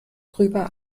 darüber